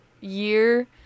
year